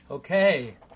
Okay